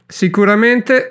sicuramente